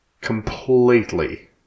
completely